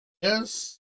Yes